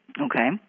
Okay